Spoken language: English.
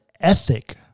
ethic